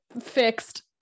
fixed